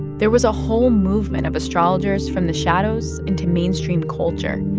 there was a whole movement of astrologers from the shadows into mainstream culture,